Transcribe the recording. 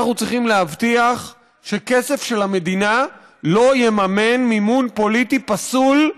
אנחנו צריכים להבטיח שכסף של המדינה לא יממן מימון פוליטי פסול,